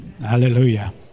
Hallelujah